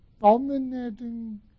dominating